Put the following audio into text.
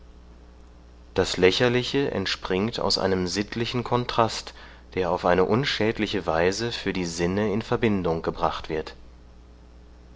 das lächerliche entspringt aus einem sittlichen kontrast der auf eine unschädliche weise für die sinne in verbindung gebracht wird